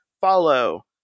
Follow